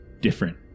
different